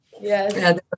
yes